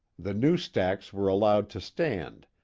the new stacks were allowed to stand,